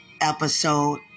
episode